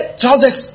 trousers